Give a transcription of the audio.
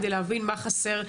כדי להבין מה חסר,